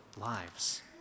lives